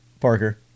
Parker